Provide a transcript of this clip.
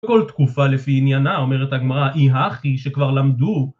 בכל תקופה לפי עניינה, אומרת הגמרא, היא האחי שכבר למדו.